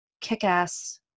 kick-ass